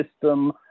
system